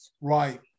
Right